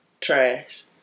Trash